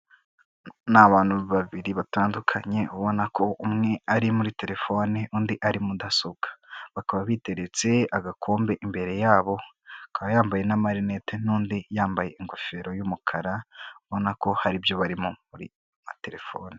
Ni abantu babiri batandukanye, ubona ko umwe ari muri telefoni, undi ari muri mudasobwa, bakaba biteretse agakombe imbere yabo, akaba yambaye n'amarinete n'undi yambaye ingofero y'umukara, ubona ko hari ibyo barimo mu matelefoni.